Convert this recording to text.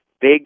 Big